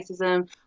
racism